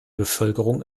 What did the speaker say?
bevölkerung